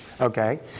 okay